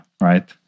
right